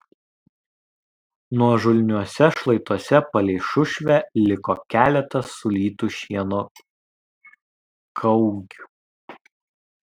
nuožulniuose šlaituose palei šušvę liko keletas sulytų šieno kaugių